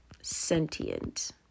sentient